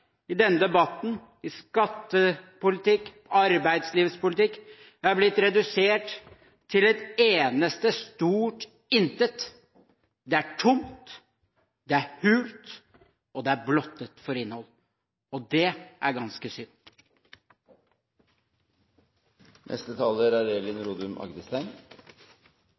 i denne debatten – i skattepolitikk, i arbeidslivspolitikk – er blitt redusert til et eneste stort intet. Det er tomt, det er hult, og det er blottet for innhold. Det er ganske